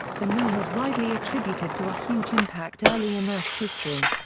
the moon is widely attributed to a huge impact early in earth's history.